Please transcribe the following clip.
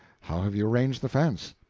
how have you arranged the fence?